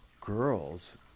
girls